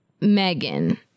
Megan